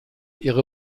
ihre